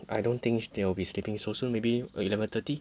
I don't think they'll be sleeping so soon maybe eleven thirty